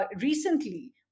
recently